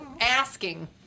asking